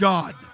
God